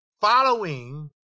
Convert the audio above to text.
following